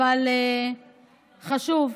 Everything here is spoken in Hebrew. אבל חשוב.